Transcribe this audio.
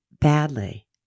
badly